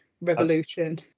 revolution